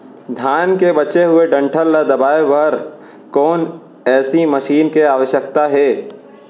धान के बचे हुए डंठल ल दबाये बर कोन एसई मशीन के आवश्यकता हे?